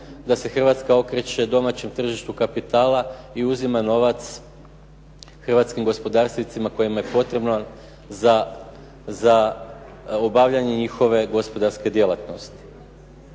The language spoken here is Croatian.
da se Hrvatska okreće domaćem tržištu kapitala i uzima novac hrvatskim gospodarstvenicima kojima je potrebno za obavljanje njihove gospodarske djelatnosti.